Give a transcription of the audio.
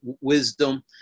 wisdom